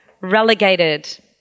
Relegated